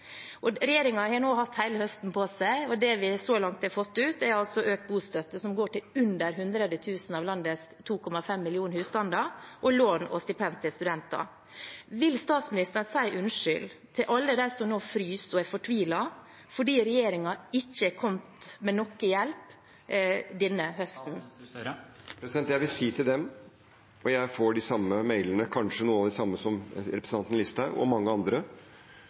har nå hatt hele høsten på seg, og det vi så langt har fått ut, er altså økt bostøtte – som går til under 100 000 av landets 2,5 millioner husstander – og lån og stipend til studenter. Vil statsministeren si unnskyld til alle dem som nå fryser og er fortvilte fordi regjeringen ikke har kommet med noe hjelp denne høsten? Jeg vil si til dem – og jeg får de samme mailene, kanskje noen av de samme som representanten Listhaug og mange andre